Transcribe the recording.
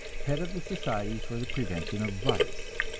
head of the society for the prevention of vice.